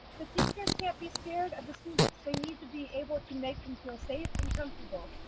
the teachers can't be scared of the students. they need to be able to make them feel safe and comfortable.